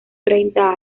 treinta